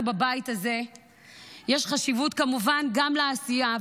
בבית הזה יש חשיבות כמובן גם לעשייה.